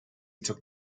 took